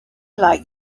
like